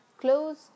clothes